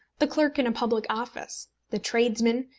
the clerk in a public office, the tradesman,